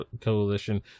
Coalition